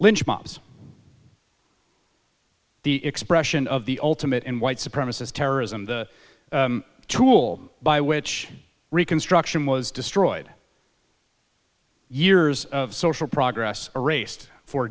lynch mobs the expression of the ultimate in white supremacist terrorism the tool by which reconstruction was destroyed years of social progress are raced for